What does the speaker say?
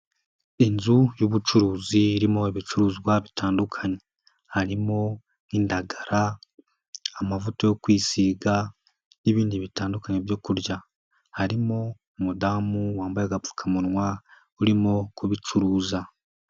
Inzu y'ubucuruzi irimo ibicuruzwa bitandukanye. Harimo, indagara, amavuta yo kwisiga, n'ibindi bitandukanye byo kurya. Harimo umudamu wambaye agapfukamunwa urimo kubicuruza.